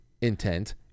intent